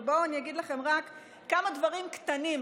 בואו אני אגיד לכם רק כמה דברים קטנים,